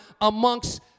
amongst